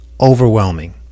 overwhelming